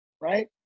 Right